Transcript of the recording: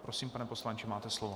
Prosím, pane poslanče, máte slovo.